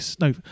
No